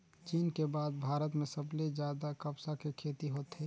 चीन के बाद भारत में सबले जादा कपसा के खेती होथे